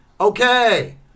Okay